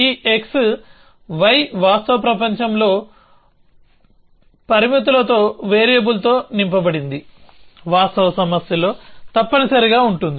ఈ xy వాస్తవ ప్రపంచంలో పరిమితులతో వేరియబుల్తో నింపబడుతుంది వాస్తవ సమస్యలో తప్పనిసరిగా ఉంటుంది